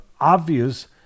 obvious